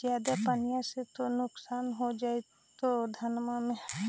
ज्यादा पनिया से तो नुक्सान हो जा होतो धनमा में?